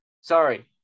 sorry